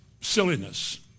silliness